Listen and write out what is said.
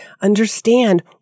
understand